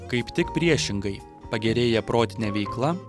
kaip tik priešingai pagerėja protinė veikla